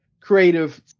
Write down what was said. creative